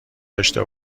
داشته